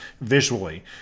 visually